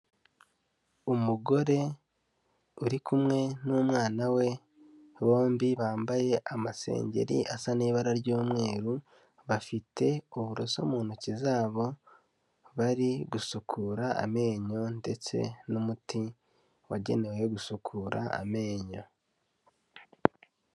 Umugore uri kumwe n'umwana we bombi bambaye amasengeri asa n'ibara ry'umweru, bafite uburoso mu ntoki zabo bari gusukura amenyo ndetse n'umuti wagenewe gusukura amenyo.